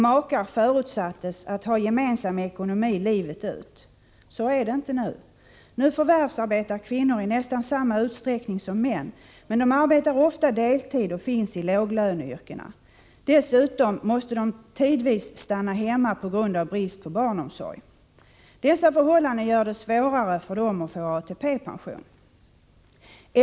Makar förutsattes ha gemensam ekonomi livet ut. Så är det inte nu. Nu förvärvsarbetar kvinnor i nästan samma utsträckning som män, men ofta arbetar de deltid och finns i låglöneyrken. Dessutom måste de tidvis stanna hemma på grund av brist på barnomsorg. Dessa förhållanden gör det svårare för dem att få ATP-pension.